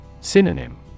Synonym